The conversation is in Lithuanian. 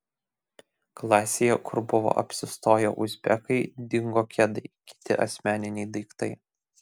klasėje kur buvo apsistoję uzbekai dingo kedai kiti asmeniniai daiktai